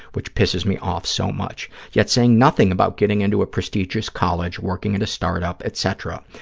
which pisses me off so much, yet saying nothing about getting into a prestigious college, working at a start-up, etc.